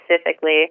specifically